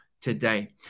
today